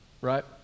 Right